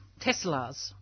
Teslas